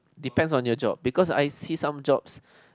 depends on your job because I see some jobs